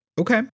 okay